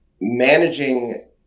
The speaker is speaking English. managing